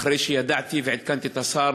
אחרי שידעתי ועדכנתי את השר,